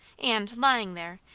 and, lying there,